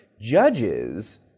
Judges